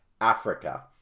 Africa